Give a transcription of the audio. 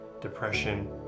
depression